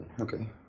okay